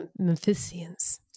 Memphisians